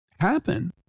happen